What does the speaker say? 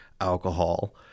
alcohol